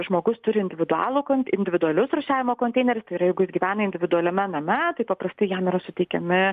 žmogus turi individualų kont individualius rūšiavimo konteinerius tai yra jeigu jis gyvena individualiame name tai paprastai jam yra suteikiami